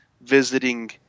visiting